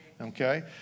Okay